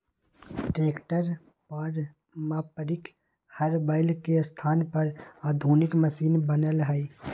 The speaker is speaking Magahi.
ट्रैक्टर पारम्परिक हर बैल के स्थान पर आधुनिक मशिन बनल हई